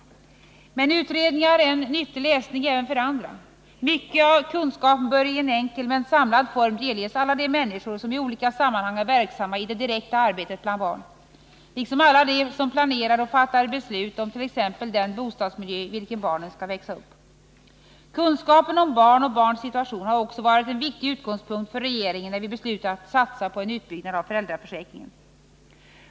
Men utredningarna är nyttig läsning även för andra. Mycket av kunskapen bör i en enkel, samlad form delges alla de människor som i olika sammanhang är verksamma i det direkta arbetet bland barn liksom alla dem som planerar och fattar beslut om t.ex. den bostadsmiljö i vilken barnen skall växa upp. Kunskapen om barn och barns situation har också varit en viktig utgångspunkt för regeringen när vi beslutat satsa på en utbyggnad av föräldraförsäkringen.